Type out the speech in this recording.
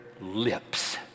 lips